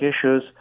issues